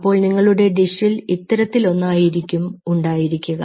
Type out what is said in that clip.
അപ്പോൾ നിങ്ങളുടെ ഡിഷിൽ ഇത്തരത്തിൽ ഒന്നായിരിക്കും ഉണ്ടായിരിക്കുക